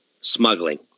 smuggling